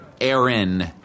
Aaron